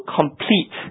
complete